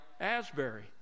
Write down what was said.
Asbury